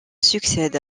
succède